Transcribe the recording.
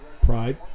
Pride